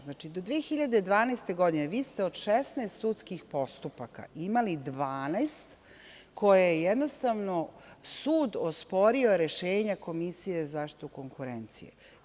Znači, do 2012. godine, vi ste od 16 sudskih postupaka imali 12 koje je jednostavno sud osporio, rešenja, Komisije za zaštitu konkurencije.